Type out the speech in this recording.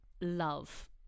love